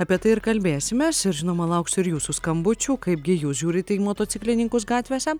apie tai ir kalbėsimės ir žinoma lauksiu ir jūsų skambučių kaipgi jūs žiūrite į motociklininkus gatvėse